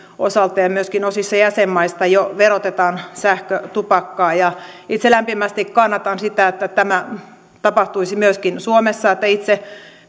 osalta ja myöskin osissa jäsenmaista jo verotetaan sähkötupakkaa itse lämpimästi kannatan sitä että tämä tapahtuisi myöskin suomessa itse